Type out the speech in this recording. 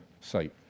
site